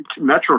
Metro